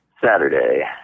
Saturday